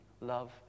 love